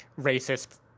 racist